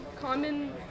common